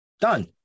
Done